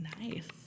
Nice